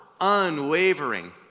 unwavering